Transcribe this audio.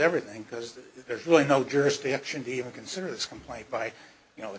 everything because there's really no jurisdiction to even consider this complaint by you know the